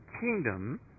kingdom